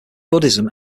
buddhism